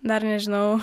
dar nežinau